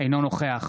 אינו נוכח